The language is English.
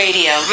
Radio